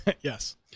Yes